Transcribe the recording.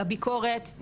לביקורת,